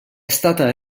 stata